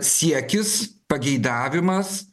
siekis pageidavimas